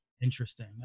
Interesting